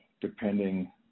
depending